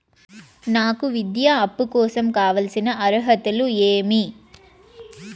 నాకు విద్యా అప్పు కోసం కావాల్సిన అర్హతలు ఏమి?